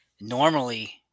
normally